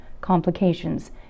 complications